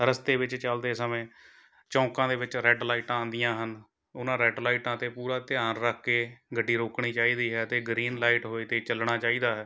ਰਸਤੇ ਵਿੱਚ ਚਲਦੇ ਸਮੇਂ ਚੌਂਕਾਂ ਦੇ ਵਿੱਚ ਰੈੱਡ ਲਾਈਟਾਂ ਆਉਂਦੀਆਂ ਹਨ ਉਹਨਾਂ ਰੈੱਡ ਲਾਈਟਾਂ 'ਤੇ ਪੂਰਾ ਧਿਆਨ ਰੱਖ ਕੇ ਗੱਡੀ ਰੋਕਣੀ ਚਾਹੀਦੀ ਹੈ ਅਤੇ ਗ੍ਰੀਨ ਲਾਈਟ ਹੋਏ 'ਤੇ ਚੱਲਣਾ ਚਾਹੀਦਾ ਹੈ